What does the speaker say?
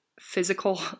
physical